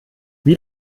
wie